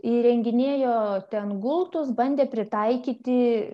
įrenginėjo ten gultus bandė pritaikyti